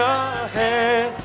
ahead